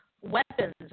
weapons